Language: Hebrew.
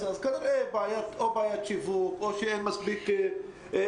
אז כנראה שזה בעיית שיווק, או שאין מספיק הודעות.